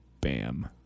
Bam